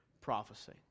prophecy